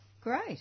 great